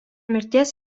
mirties